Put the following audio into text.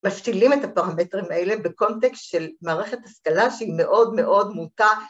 ‫משתילים את הפרמטרים האלה ‫בקונטקסט של מערכת השכלה ‫שהיא מאוד מאוד מוטה.